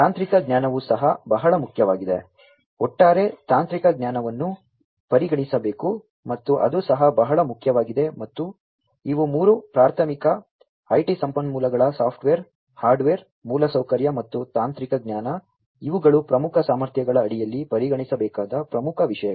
ತಾಂತ್ರಿಕ ಜ್ಞಾನವು ಸಹ ಬಹಳ ಮುಖ್ಯವಾಗಿದೆ ಒಟ್ಟಾರೆ ತಾಂತ್ರಿಕ ಜ್ಞಾನವನ್ನು ಪರಿಗಣಿಸಬೇಕು ಮತ್ತು ಅದು ಸಹ ಬಹಳ ಮುಖ್ಯವಾಗಿದೆ ಮತ್ತು ಇವು ಮೂರು ಪ್ರಾಥಮಿಕ ಐಟಿ ಸಂಪನ್ಮೂಲಗಳು ಸಾಫ್ಟ್ವೇರ್ ಹಾರ್ಡ್ವೇರ್ ಮೂಲಸೌಕರ್ಯ ಮತ್ತು ತಾಂತ್ರಿಕ ಜ್ಞಾನ ಇವುಗಳು ಪ್ರಮುಖ ಸಾಮರ್ಥ್ಯಗಳ ಅಡಿಯಲ್ಲಿ ಪರಿಗಣಿಸಬೇಕಾದ ಪ್ರಮುಖ ವಿಷಯಗಳು